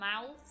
mouths